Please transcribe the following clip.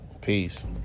Peace